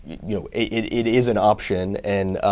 you know it it is an option. and